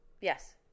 Yes